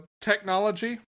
Technology